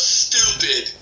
stupid